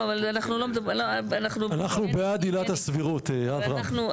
אנחנו בעד עילת הסבירות, אברהם.